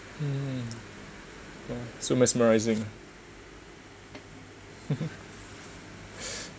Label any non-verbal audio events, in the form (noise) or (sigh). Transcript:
um yeah so mesmerising (laughs) (breath)